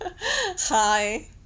Hi